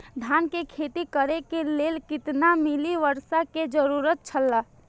धान के खेती करे के लेल कितना मिली वर्षा के जरूरत छला?